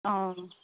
অঁ